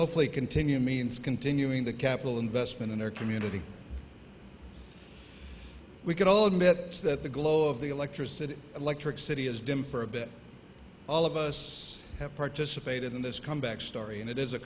hopefully continue means continuing the capital investment in our community we can all admit that the glow of the electricity electric city has dimmed for a bit all of us have participated in this comeback story and it is a